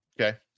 Okay